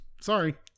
Sorry